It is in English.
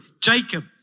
Jacob